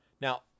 Now